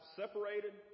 separated